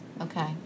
okay